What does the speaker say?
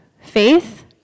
Faith